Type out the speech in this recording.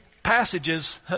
passages